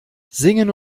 singen